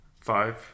Five